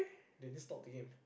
they just stopped the game